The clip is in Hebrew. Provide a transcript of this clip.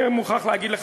אני מוכרח להגיד לך,